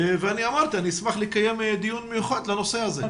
ואני אמרתי שאשמח לקיים דיון מיוחד לנושא הזה.